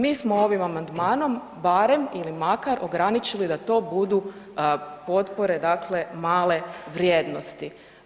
Mi smo ovim amandmanom barem ili makar ograničili da to budu potpore dakle, male vrijednosti.